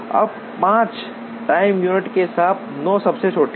अब 5 time unit के साथ 9 सबसे छोटी है